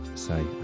Say